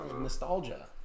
Nostalgia